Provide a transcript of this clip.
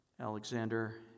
Alexander